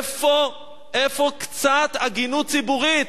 איפה קצת הגינות ציבורית?